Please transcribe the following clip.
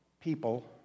people